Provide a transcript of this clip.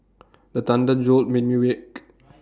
the thunder jolt me awake